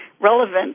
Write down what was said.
relevant